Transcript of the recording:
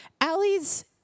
Allie's